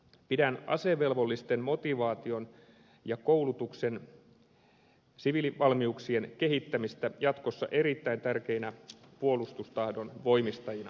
pidän asevelvollisten motivaation koulutuksen ja siviilivalmiuksien kehittämistä jatkossa erittäin tärkeinä puolustustahdon voimistajina